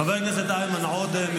חבר הכנסת איימן עודה,